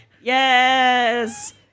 Yes